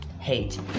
hate